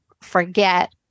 forget